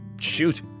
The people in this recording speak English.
shoot